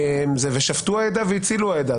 זה "ושפטו העדה והצילו העדה".